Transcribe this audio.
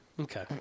Okay